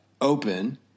open